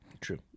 True